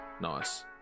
nice